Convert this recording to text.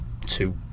two